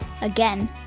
Again